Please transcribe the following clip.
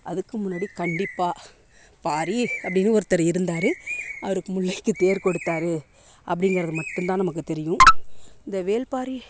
அதுக்கு முன்னாடி கண்டிப்பாக பாரி அப்படினு ஒருத்தர் இருந்தார் அவர் முல்லைக்கு தேர் கொடுத்தாரு அப்படிங்குறது மட்டும் தான் நமக்கு தெரியும் இந்த வேள்பாரி